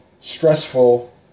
stressful